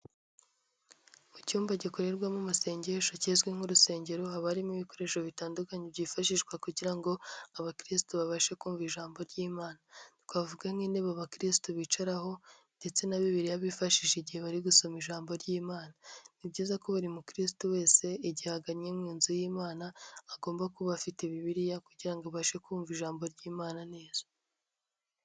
Mu cyumba gikorerwamo amasengesho kizwi nk'urusengero haba harimo ibikoresho bitandukanye byifashishwa kugira ngo abakirisito babashe kumva ijambo ry'Imana, twavuga nk'intebe abakisitu bicaraho ndetse na Bibiliya bifashisha igihe bari gusoma ijambo ry'Imana ,ni byiza ko buri mukirisito wese igihe aganye mu nzu y'Imana agomba kuba afite Bibiliya kugira ngo abashe kumva ijambo ry'Imana neza.